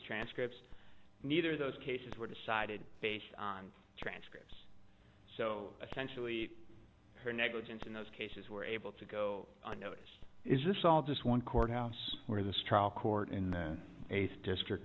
transcripts neither of those cases were decided based on transcripts so essentially her negligence in those cases were able to go unnoticed is this all just one courthouse where this trial court in the ace district